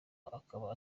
akaba